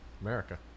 America